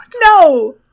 No